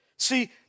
see